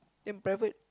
then private